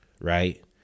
Right